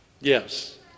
Yes